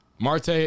Marte